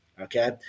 okay